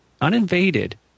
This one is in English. uninvaded